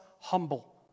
humble